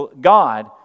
God